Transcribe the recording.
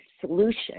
solution